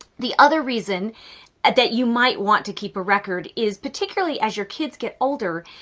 the other reason that you might want to keep a record is particularly as your kids get older,